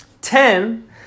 Ten